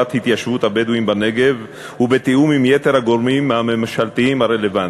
התיישבות הבדואים בנגב ובתיאום עם יתר הגורמים הממשלתיים הרלוונטיים.